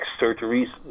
surgeries